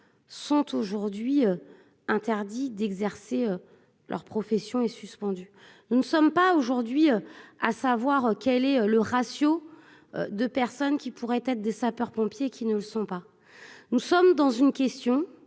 sont aujourd'hui interdits d'exercer leur profession est suspendu, nous ne sommes pas aujourd'hui à savoir quel est le ratio de personnes qui pourraient être des sapeurs pompiers qui ne le sont pas, nous sommes dans une question